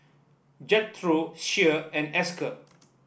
Jethro Shea and Esker